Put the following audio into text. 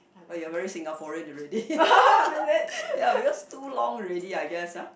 but you are very Singaporean already ya because too long already I guess ah